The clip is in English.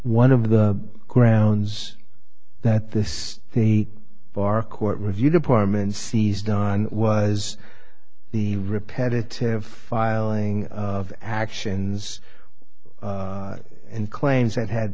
one of the grounds that this the bar court review department seized on was the repetitive filing of actions and claims that had